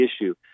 issue